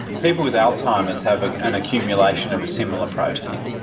people with alzheimer's have an an accumulation of a similar protein,